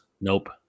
Nope